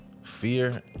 fear